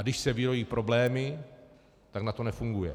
Když se vyrojí problémy, tak NATO nefunguje.